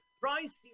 price